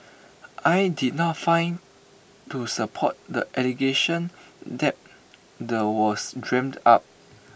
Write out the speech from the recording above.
I did not find to support the allegation that the was dreamt up